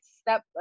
step